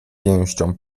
pięścią